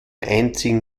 einzigen